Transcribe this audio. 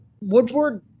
Woodward